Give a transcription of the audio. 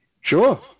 Sure